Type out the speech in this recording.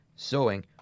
Sewing